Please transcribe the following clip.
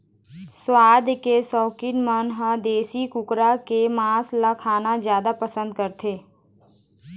सुवाद के सउकीन मन ह देशी कुकरा के मांस ल खाना जादा पसंद करथे